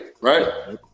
right